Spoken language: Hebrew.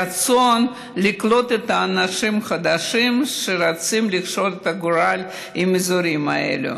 רצון לקלוט את האנשים החדשים שרוצים לקשור את הגורל בגורל האזורים האלה,